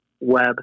web